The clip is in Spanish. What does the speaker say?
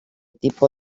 tipo